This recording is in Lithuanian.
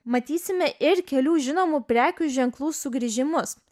matysime ir kelių žinomų prekių ženklų sugrįžimus